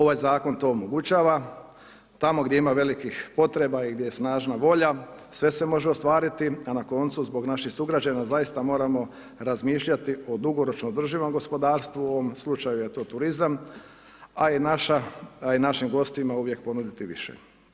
Ovaj zakon to omogućava, tamo gdje ima velikih potreba i gdje je snažna volja, sve se može ostvariti a na koncu zbog naših sugrađana zaista moramo razmišljati o dugoročno održivom gospodarstvu u ovom slučaju je to turizam a i našim gostima uvijek ponuditi više.